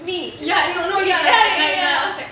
me ya ya ya